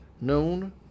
known